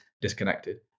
disconnected